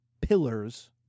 pillars